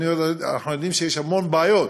אנחנו יודעים שיש המון בעיות,